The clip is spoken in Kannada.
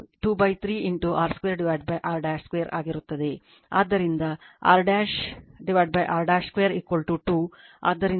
ಆದ್ದರಿಂದ r 2 r 2 2 ಆದ್ದರಿಂದ ಇದು 43 1